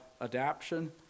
adaption